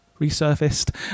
resurfaced